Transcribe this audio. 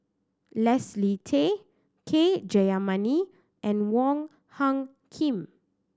Leslie Tay K Jayamani and Wong Hung Khim